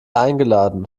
eingeladen